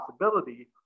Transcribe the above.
possibility